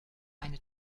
eine